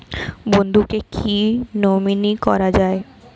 বন্ধুকে কী নমিনি করা যায়?